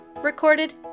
recorded